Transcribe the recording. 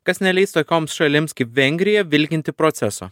kas neleis tokioms šalims kaip vengrija vilkinti proceso